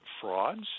frauds